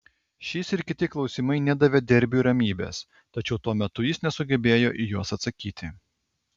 šis ir kiti klausimai nedavė derbiui ramybės tačiau tuo metu jis nesugebėjo į juos atsakyti